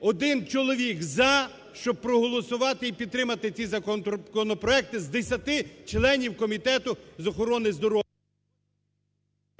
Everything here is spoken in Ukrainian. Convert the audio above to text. Один чоловік "за", щоб проголосувати і підтримати ці законопроекти з десяти членів комітету з охорони здоров'я.